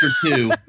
two